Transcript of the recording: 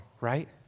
right